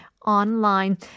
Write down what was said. online